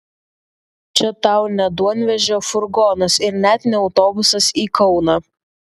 čia tau ne duonvežio furgonas ir net ne autobusas į kauną